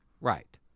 Right